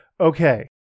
okay